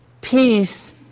Peace